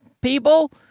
people